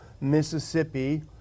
Mississippi